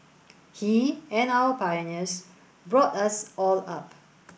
he and our pioneers brought us all up